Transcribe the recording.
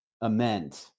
amend